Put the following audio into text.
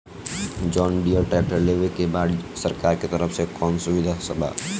John Deere tractor लेवे के बा सरकार के तरफ से कौनो सुविधा बा?